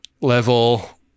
level